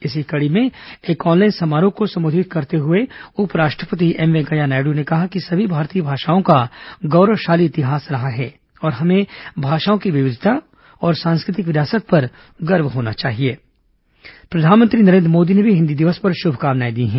इसी कड़ी में एक ऑनलाइन समारोह को संबोधित करते हुए उपराष्ट्रति एम वेंकैया नायडु ने कहा कि सभी भारतीय भाषाओं का गौरवशाली इतिहास रहा है और हमें भाषाओं की विविधता तथा सांस्कृतिक विरासत पर गर्व होना चाहिए प्रधानमंत्री नरेन्द्र मोदी ने भी हिन्दी दिवस पर शुभकामनाएं दी हैं